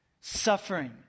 suffering